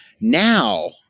now